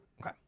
Okay